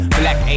black